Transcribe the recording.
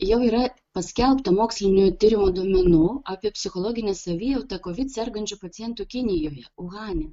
jau yra paskelbta mokslinių tyrimų duomenų apie psichologinę savijautą kovid sergančių pacientų kinijoje uhane